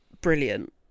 brilliant